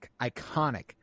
Iconic